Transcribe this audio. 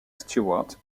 stewart